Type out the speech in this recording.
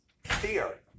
fear